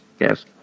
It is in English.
yes